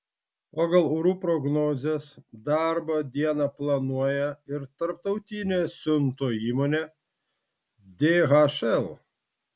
pagal orų prognozes darbo dieną planuoja ir tarptautinė siuntų įmonė dhl